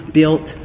built